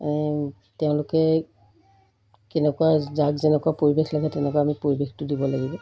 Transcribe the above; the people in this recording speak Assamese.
তেওঁলোকে কেনেকুৱা যাক যেনেকুৱা পৰিৱেশ লাগে তেনেকুৱা আমি পৰিৱেশটো দিব লাগিব